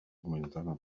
гуманитарные